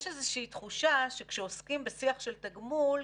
יש תחושה שכשעוסקים בשיח של תגמול,